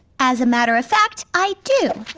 as a matter of fact, i do.